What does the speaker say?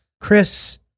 Chris